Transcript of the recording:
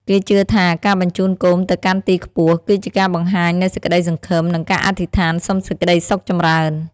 គេជឿថា ការបញ្ជូនគោមទៅកាន់ទីខ្ពស់ គឺជាការបង្ហាញនូវសេចក្តីសង្ឃឹម និងការអធិដ្ឋានសុំសេចក្តីសុខចម្រើន។